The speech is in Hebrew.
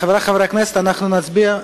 אז, חברי חברי הכנסת, אנחנו נצביע.